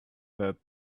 that